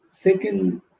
Second